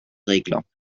regler